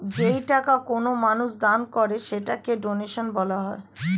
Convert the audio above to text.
যেই টাকা কোনো মানুষ দান করে সেটাকে ডোনেশন বলা হয়